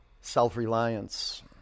self-reliance